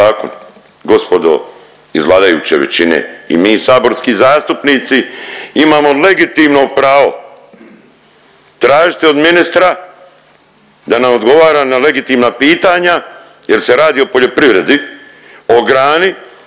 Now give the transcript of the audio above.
zakon gospodo iz vladajuće većine i mi saborski zastupnici imamo legitimno pravo tražiti od ministra da nam odgovara na legitimna pitanja jer se radi o poljoprivredi, o grani